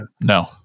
No